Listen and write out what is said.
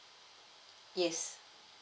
yes